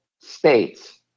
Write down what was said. states